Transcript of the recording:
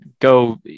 go